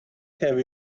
have